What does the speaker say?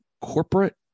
corporate